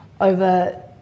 over